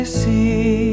see